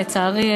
לצערי,